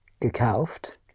gekauft